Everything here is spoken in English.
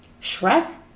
Shrek